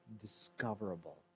discoverable